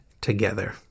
together